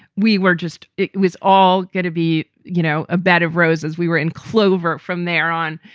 we were just it was all going to be, you know, a bed of roses. we were in clover. from there on.